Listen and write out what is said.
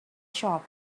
shop